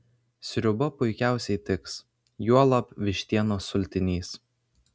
sriuba puikiausiai tiks juolab vištienos sultinys